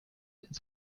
ins